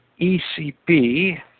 ECB